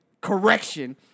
correction